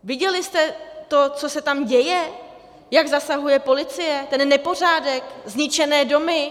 Viděli jste to, co se tam děje, jak zasahuje policie, ten nepořádek, zničené domy?